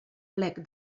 plec